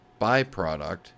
byproduct